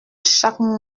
chaque